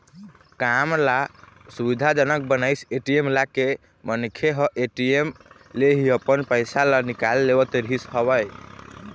काम ल सुबिधा जनक बनाइस ए.टी.एम लाके मनखे मन ह ए.टी.एम ले ही अपन पइसा ल निकाल लेवत रिहिस हवय